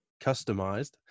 customized